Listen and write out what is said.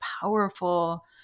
powerful